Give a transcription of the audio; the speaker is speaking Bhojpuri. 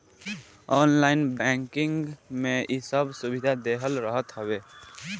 ऑनलाइन बैंकिंग में इ सब सुविधा देहल रहत हवे